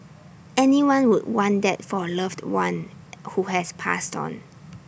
anyone would want that for A loved one who has passed on